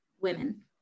women